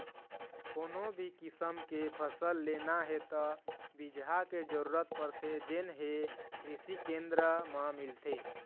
कोनो भी किसम के फसल लेना हे त बिजहा के जरूरत परथे जेन हे कृषि केंद्र म मिलथे